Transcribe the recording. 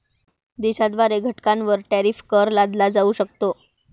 देशाद्वारे घटकांवर टॅरिफ कर लादला जाऊ शकतो